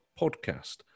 podcast